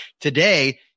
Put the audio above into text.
Today